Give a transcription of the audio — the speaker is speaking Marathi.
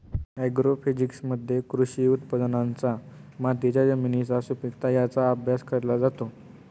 ॲग्रोफिजिक्समध्ये कृषी उत्पादनांचा मातीच्या जमिनीची सुपीकता यांचा अभ्यास केला जातो